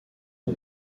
aux